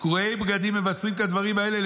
"קרועי בגדים מבשרים כדברים האלה.